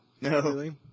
No